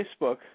Facebook